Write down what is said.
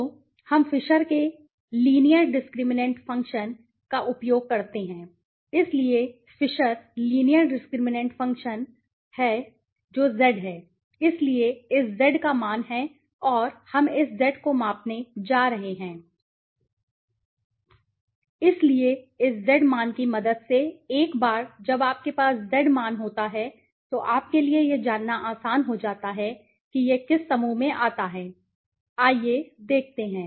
तो हम फिशर के लीनियर डिस्क्रिमिनैंट फंक्शन का उपयोग करते हैं इसलिए फिशर लीनियर डिस्क्रिमिनैंट फंक्शन मुझे लगता है कि यह वही है जो Z है इसलिए इस Z का मान है और हम इस Z मान को मापने जा रहे हैं इसलिए इस Z मान की मदद से एक बार जब आपके पास Z मान होता है तो आपके लिए यह जानना आसान हो जाता है कि यह किस समूह में आता है आइए देखते हैं